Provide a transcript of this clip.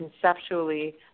conceptually